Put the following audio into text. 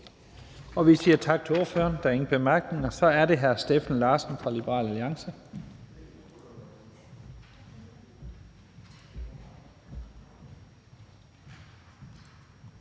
Vi siger tak til ordføreren. Der er ingen bemærkninger. Så er det hr. Steffen Larsen fra Liberal Alliance.